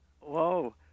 Whoa